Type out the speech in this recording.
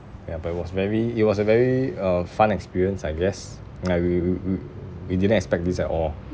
ya but it was very it was a very uh fun experience I guess like we we we we didn't expect this at all